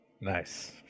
nice